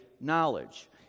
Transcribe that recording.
knowledge